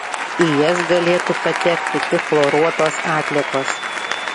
į jas galėtų patekti tik chloruotos atliekos